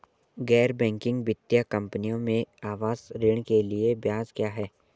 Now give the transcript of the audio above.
गैर बैंकिंग वित्तीय कंपनियों में आवास ऋण के लिए ब्याज क्या है?